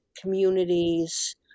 communities